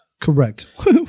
correct